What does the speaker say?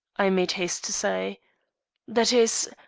i made haste to say that is,